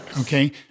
Okay